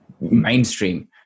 mainstream